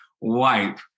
wipe